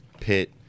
pit